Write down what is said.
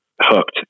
hooked